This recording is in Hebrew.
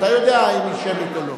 אתה יודע אם היא שמית או לא.